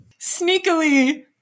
sneakily